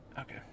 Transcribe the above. okay